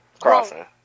Crossing